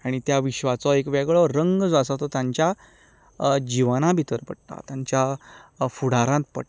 आनी त्या विश्वाचो एक वेगळो रंग जो आसा तो तांच्या जिवना भितर पडटा तांच्या फुडारांत पडटा